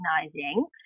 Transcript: recognizing